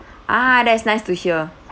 ah that's nice to hear